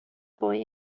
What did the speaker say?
boy